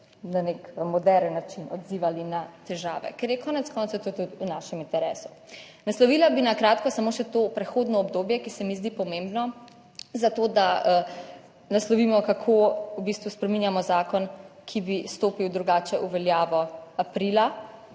na nek moderen način odzivali na težave, ker je konec koncev to tudi v našem interesu. Naslovila bi na kratko samo še to prehodno obdobje, ki se mi zdi pomembno zato, da naslovimo, kako v bistvu spreminjamo zakon, ki bi stopil drugače v veljavo aprila.